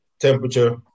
temperature